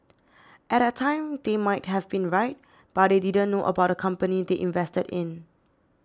at that time they might have been right but they didn't know about the company they invested in